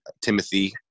Timothy